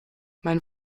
mein